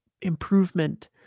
improvement